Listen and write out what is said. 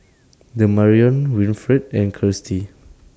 Damarion Winfred and Kirstie